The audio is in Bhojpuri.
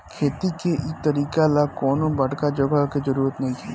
खेती के इ तरीका ला कवनो बड़का जगह के जरुरत नइखे